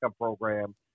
program